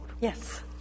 Yes